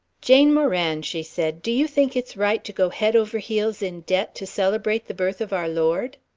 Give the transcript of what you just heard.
jane moran, she said, do you think it's right to go head over heels in debt to celebrate the birth of our lord?